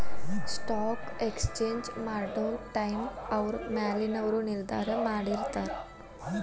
stock exchange ಮಾಡೊ ಟೈಮ್ನ ಅವ್ರ ಮ್ಯಾಲಿನವರು ನಿರ್ಧಾರ ಮಾಡಿರ್ತಾರ